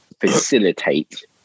facilitate